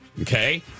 Okay